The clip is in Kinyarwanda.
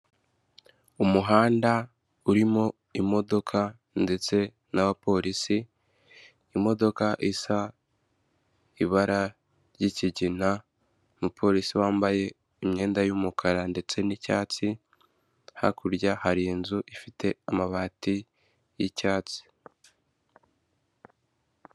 Umuhanda urimo imodoka ndetse n'abapolisi, imodoka isa ibara ry'kigina umupolisi wambaye imyenda y'umukara ndetse n'icyatsi hakurya hari inzu ifite amabati y'icyatsi.